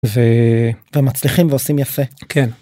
ומצליחים ועושים יפה כן